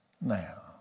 Now